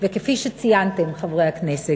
וכפי שציינתם, חברי הכנסת,